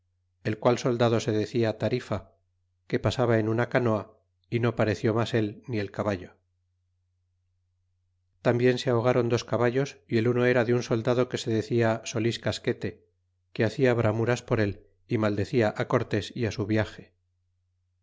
el qual soldado se decia tarifa que pasaba en una canoa y no pareció mas él ni el caballo tambien se ahogaron dos caballos y el uno era de un soldado que se decia solis casquete que hacia bramuras por él é maldecia a cortes y a su viage